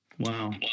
Wow